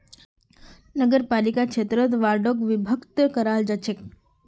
नगरपालिका क्षेत्रक वार्डोत विभक्त कराल जा छेक